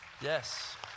yes